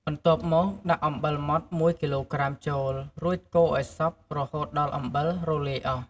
បន្ទាប់មកដាក់អំបិលម៉ដ្ឋ ១ គីឡូក្រាម ចូល រួចកូរឲ្យសព្វរហូតដល់អំបិលរលាយអស់។